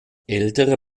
ältere